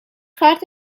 کارت